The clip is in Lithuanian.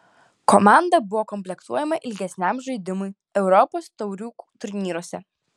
komanda buvo komplektuojama ilgesniam žaidimui europos taurių turnyruose